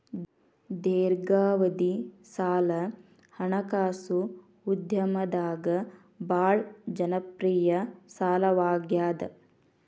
ದೇರ್ಘಾವಧಿ ಸಾಲ ಹಣಕಾಸು ಉದ್ಯಮದಾಗ ಭಾಳ್ ಜನಪ್ರಿಯ ಸಾಲವಾಗ್ಯಾದ